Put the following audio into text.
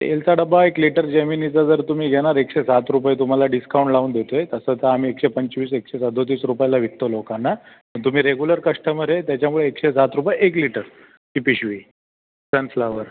तेलचा डबा एक लिटर जेमिनीचा जर तुम्ही घेणार एकशे सात रुपये तुम्हाला डिस्काऊण लावून देत आहे तसं तर आम्ही एकशे पंचवीस एकशे सदतीस रुपयाला विकतो लोकांना पण तुम्ही रेगुलर कश्टमर आहे त्याच्यामुळे एकशे सात रुपये एक लिटर ती पिशवी सनफ्लावर